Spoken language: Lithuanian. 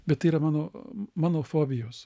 bet tai yra mano mano fobijos